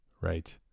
right